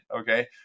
okay